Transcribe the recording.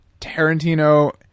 Tarantino